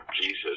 jesus